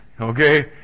Okay